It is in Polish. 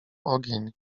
ogień